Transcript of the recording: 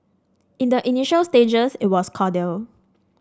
in the initial stages it was cordial